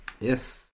Yes